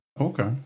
Okay